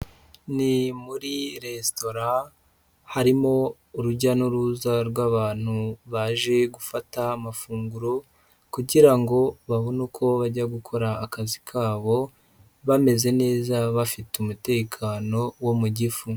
Ni muri resitora harimo urujya n'uruza rw'abantu baje gufata amafunguro, kugira ngo babone uko bajya gukora akazi kabo, bameze neza bafite umutekano wo mu gifu.